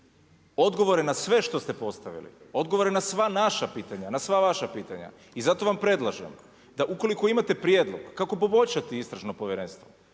Odgovore na sve što ste postavili, odgovore na sva naša pitanja, na sva vaša pitanja. I zato vam predlažem da ukoliko imate prijedlog kako poboljšati istražno povjerenstvo,